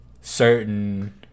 Certain